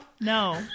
No